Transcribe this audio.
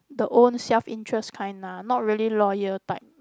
the own self interest kind ah not really loyal type